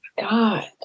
God